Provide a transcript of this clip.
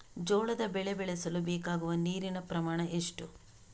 ಜೋಳದ ಬೆಳೆ ಬೆಳೆಸಲು ಬೇಕಾಗುವ ನೀರಿನ ಪ್ರಮಾಣ ಎಷ್ಟು?